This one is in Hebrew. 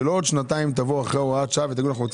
שלא עוד שנתיים תבוא אחרי הוראת שעה ותגידו לנו אנחנו רוצים